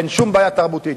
אין שום בעיה תרבותית.